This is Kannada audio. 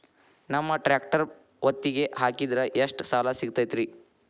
ನಮ್ಮ ಟ್ರ್ಯಾಕ್ಟರ್ ಒತ್ತಿಗೆ ಹಾಕಿದ್ರ ಎಷ್ಟ ಸಾಲ ಸಿಗತೈತ್ರಿ?